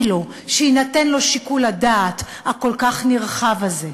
לו שיינתן לו שיקול הדעת הכל-כך נרחב הזה.